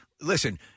Listen